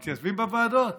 מתייצבים בוועדות